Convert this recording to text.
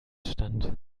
stand